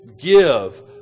give